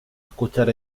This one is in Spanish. escuchar